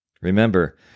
Remember